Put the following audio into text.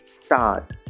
start